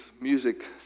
music